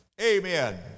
Amen